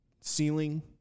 ceiling